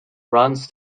runs